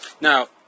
now